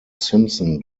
simpson